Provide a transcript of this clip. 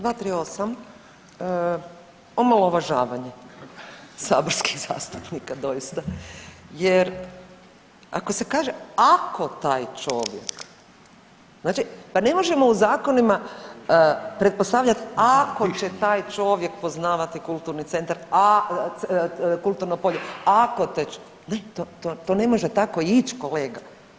238., omalovažavanje saborskih zastupnika doista jer ako se kaže ako taj čovjek, znači pa ne možemo u zakonima pretpostavljat ako će taj čovjek poznavati kulturni centar, kulturno polje, ako, ne to, to ne može tako ić kolega.